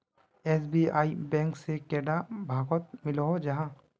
SBI bank से कैडा भागोत मिलोहो जाहा?